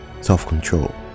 self-control